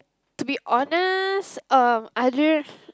to be honest uh I don't